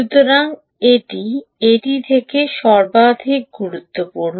সুতরাং এটি এটির থেকে সর্বাধিক গুরুত্বপূর্ণ